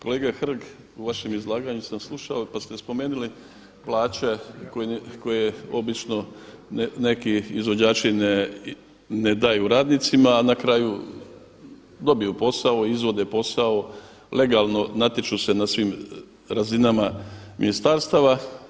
Kolega Hrg u vašem izlaganju sam slušao pa ste spomenuli plaće koje obično neki izvođači ne daju radnicima a na kraju dobiju posao, izvode posao, legalno natječu se na svim razinama ministarstava.